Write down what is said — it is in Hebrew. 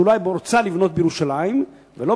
שהיא אולי רוצה לבנות בירושלים ולא